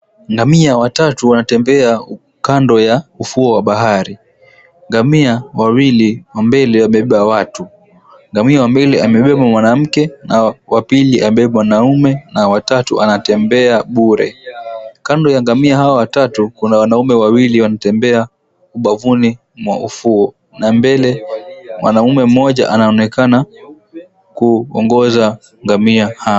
Ngamia watatu wanatembea kando ya ufuo wa bahari. Ngami wawili wawili wa mbele wamebeba watu. Ngamia wa mbele amebeba mwanamke na wa pili amebeba mwanaume na wa tatu anatembea bure. Kando ya ngamia hao watatu kuna wanaume wawili wanatembea ubavuni mwa ufuo na mbele mwanaume mmoja anaonekana kuongoza ngamia hao.